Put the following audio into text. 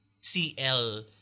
CL